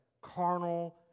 carnal